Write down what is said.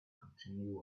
continue